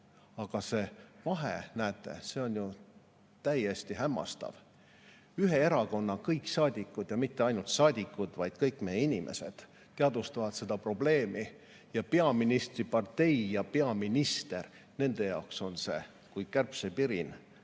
Aga see vahe, näete, on ju täiesti hämmastav. Ühe erakonna kõik saadikud – ja mitte ainult saadikud, vaid kõik meie inimesed – teadvustavad seda probleemi. Aga peaministri partei ja peaminister – nende jaoks on see kui kärbsepirin